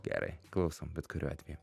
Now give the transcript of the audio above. gerai klausom bet kuriuo atveju